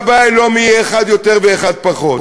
והבעיה היא לא מי יהיה, אחד יותר או אחד פחות.